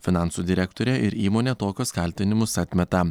finansų direktorė ir įmonė tokius kaltinimus atmeta